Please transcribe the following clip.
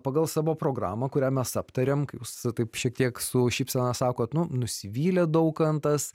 pagal savo programą kurią mes aptarėm jūs taip šiek tiek su šypsena sakot nu nusivylė daukantas